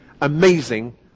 amazing